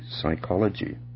psychology